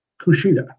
Kushida